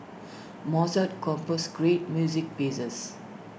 Mozart composed great music pieces